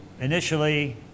initially